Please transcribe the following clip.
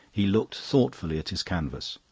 he looked thoughtfully at his canvas.